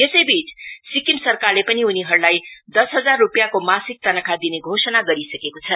यसैबीच सिक्किम सरकारले पनि उनीहरुलाई दश हजार रुपियाँको मासिक तनखा दिने घोषणा गरिसकेको छ